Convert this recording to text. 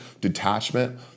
detachment